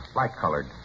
light-colored